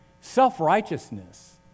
self-righteousness